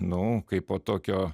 nu kaip po tokio